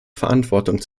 verantwortung